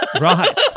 Right